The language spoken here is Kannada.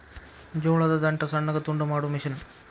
ಜೋಳದ ದಂಟ ಸಣ್ಣಗ ತುಂಡ ಮಾಡು ಮಿಷನ್